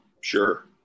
Sure